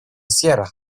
cierra